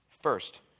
first